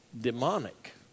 demonic